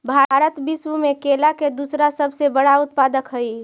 भारत विश्व में केला के दूसरा सबसे बड़ा उत्पादक हई